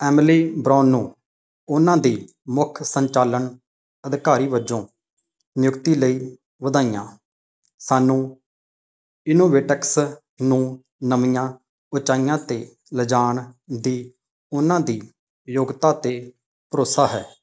Emily Brown ਉਹਨਾਂ ਦੀ ਮੁੱਖ ਸੰਚਾਲਨ ਅਧਿਕਾਰੀ ਵੱਜੋਂ ਨਿਯੁਕਤੀ ਲਈ ਵਧਾਈਆਂ ਸਾਨੂੰ ਇਨੋਵੇਟਐਕਸ ਨੂੰ ਨਵੀਆਂ ਉਚਾਈਆਂ 'ਤੇ ਲਿਜਾਣ ਦੀ ਉਹਨਾਂ ਦੀ ਯੋਗਤਾ 'ਤੇ ਭਰੋਸਾ ਹੈ